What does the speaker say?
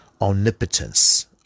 omnipotence